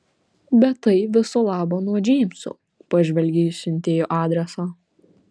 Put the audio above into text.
bet tai viso labo nuo džeimso pažvelgė į siuntėjo adresą